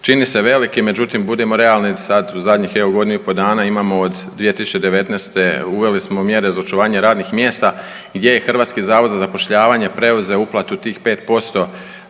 čini se velikim, međutim budimo realni sad u zadnjih evo godinu i po dana imamo od 2019. uveli smo mjere za očuvanje radnih mjesta gdje je HZZ preuzeo uplatu tih 5%